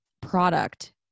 product